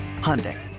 Hyundai